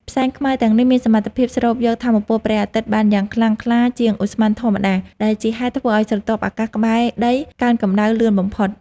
ផ្សែងខ្មៅទាំងនេះមានសមត្ថភាពស្រូបយកថាមពលព្រះអាទិត្យបានយ៉ាងខ្លាំងក្លាជាងឧស្ម័នធម្មតា ដែលជាហេតុធ្វើឱ្យស្រទាប់អាកាសក្បែរដីកើនកម្ដៅលឿនបំផុត។